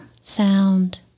sound